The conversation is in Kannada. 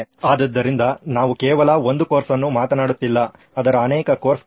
ಆದ್ದರಿಂದ ನಾವು ಕೇವಲ ಒಂದು ಕೋರ್ಸ್ ಅನ್ನು ಮಾತನಾಡುತ್ತಿಲ್ಲ ಅದರ ಆನೇಕ ಕೋರ್ಸ್ಗಳಿದೆ